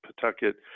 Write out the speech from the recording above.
Pawtucket